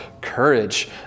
courage